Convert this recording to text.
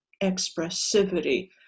expressivity